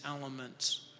elements